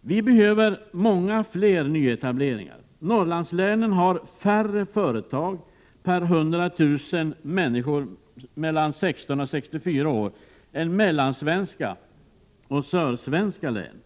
Vi behöver många fler nyetableringar. Norrlandslänen har färre företag per 100 000 människor mellan 16 och 64 år än mellansvenska och sydsvenska län har.